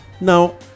Now